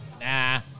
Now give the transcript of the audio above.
Nah